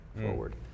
forward